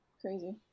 crazy